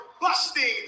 busting